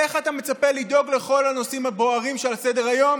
איך אתה מצפה לדאוג לכל הנושאים הבוערים שעל סדר-היום